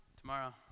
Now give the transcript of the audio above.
Tomorrow